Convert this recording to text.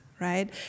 right